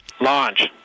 Launch